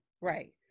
Right